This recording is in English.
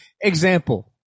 example